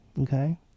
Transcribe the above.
okay